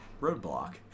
roadblock